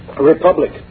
Republic